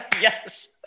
Yes